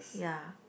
ya